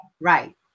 Right